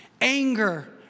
Anger